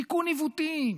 תיקון עיוותים,